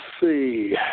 see